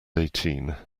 eighteen